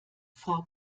frau